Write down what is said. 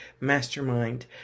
mastermind